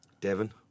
Devon